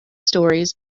stories